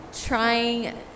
trying